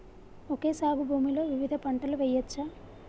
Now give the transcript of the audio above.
Okay సాగు భూమిలో వివిధ పంటలు వెయ్యచ్చా?